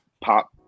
pop